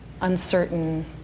uncertain